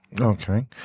Okay